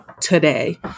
Today